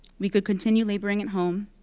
we could continue laboring at home,